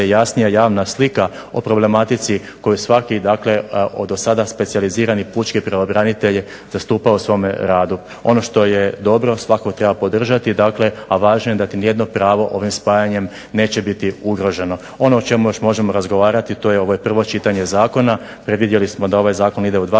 jasnija javna slika o problematici koju svaki od do sada specijaliziranih pučkih pravobranitelja je zastupao u svome radu. Ono što je dobro svakako treba podržati dakle, a važno je da nijedno pravo ovim spajanjem neće biti ugroženo. Ono o čemu još možemo razgovarati to je ovo je prvo čitanje zakona, predvidjeli smo da ovaj zakon ide u dva